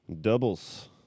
Doubles